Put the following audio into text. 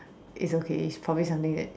it's okay it's probably something that